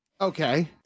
Okay